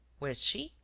where is she.